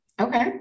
okay